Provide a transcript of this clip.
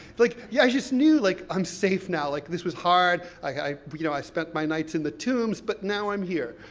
like yeah, i just knew, like, i'm safe now. like, this was hard, i, you know, i spent my nights in the tombs, but now i'm here.